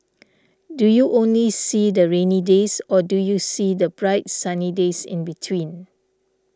do you only see the rainy days or do you see the bright sunny days in between